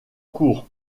court